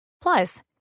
Plus